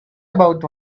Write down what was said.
about